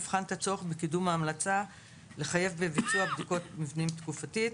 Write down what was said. יבחן את הצורך בקידום ההמלצה לחייב בביצוע בדיקות מבנים תקופתיות,